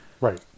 Right